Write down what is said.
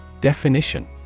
Definition